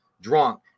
drunk